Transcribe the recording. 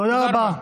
תודה רבה.